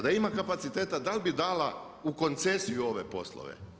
Da ima kapaciteta dal bi dala u koncesiju ove poslove?